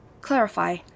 clarify